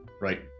Right